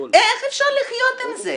איך אפשר לחיות עם זה?